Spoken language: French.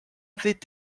avaient